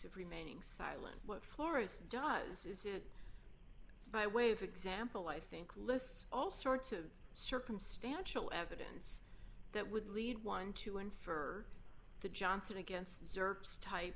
of remaining silent what florists does is it by way of example i think lists all sorts of circumstantial evidence that would lead one to infer the johnson against service type